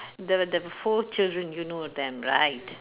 the the four children you know them right